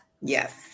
Yes